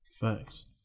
Thanks